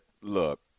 Look